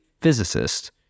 physicist